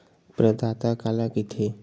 प्रदाता काला कइथे?